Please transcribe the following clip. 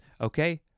okay